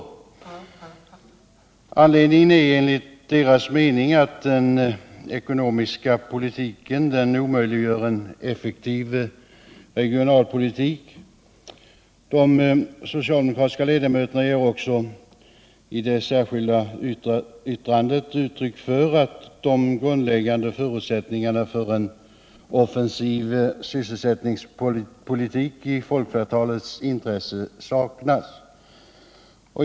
Anledningen är enligt deras mening att den ekonomiska politiken omöjliggör en effektiv regionalpolitik. De socialdemokratiska ledamöterna 97 ger också i det särskilda yttrandet uttryck för att de grundläggande förutsättningarna för en offensiv sysselsättningspolitik i folkflertalets intresse saknas.